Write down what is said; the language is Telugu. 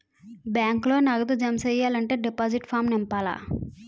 బ్యాంకులో నగదు జమ సెయ్యాలంటే డిపాజిట్ ఫారం నింపాల